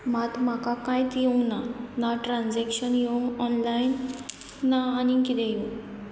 मात म्हाका कांयच येवंक ना ना ट्रानझेक्शन येवंक ऑनलायन ना आनीक किदें येवं